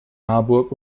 marburg